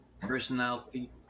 personality